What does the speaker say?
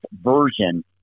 version